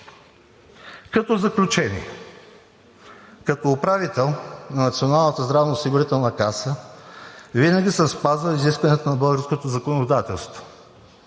Заключение. Като управител на Националната здравноосигурителна каса винаги съм спазвал изискванията на българското законодателство.